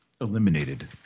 eliminated